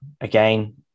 again